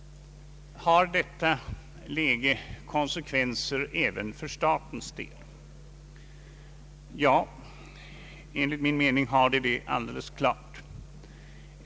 Har detta läge konsekvenser även för statens del? Ja, enligt min mening har det konsekvenser alldeles klart.